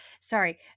sorry